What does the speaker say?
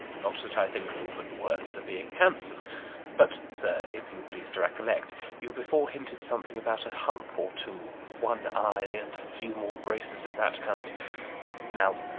not that i think a woman the worse for being handsome but, sir, if you please to recollect, you before hinted something about a hump or two, one eye, and a few more graces of that kind now,